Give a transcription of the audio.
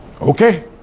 okay